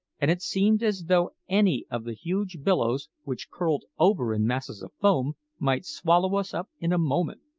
and it seemed as though any of the huge billows, which curled over in masses of foam, might swallow us up in a moment.